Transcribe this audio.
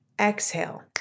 Exhale